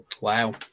Wow